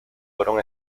fueron